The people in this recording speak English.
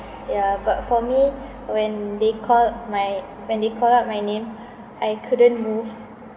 ah ya but for me when they call my when they call out my name I couldn't move